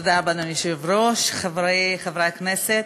תודה רבה, אדוני היושב-ראש, חברֵי חברַי הכנסת,